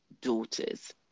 daughters